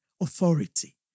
authority